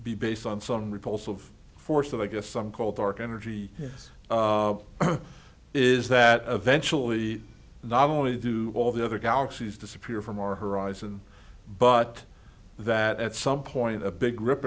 be based on some repulsive force of i guess some called dark energy is that eventually not only do all the other galaxies disappear from our horizon but that at some point a big rip